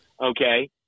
okay